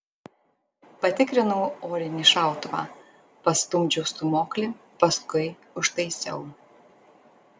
patikrinau orinį šautuvą pastumdžiau stūmoklį paskui užtaisiau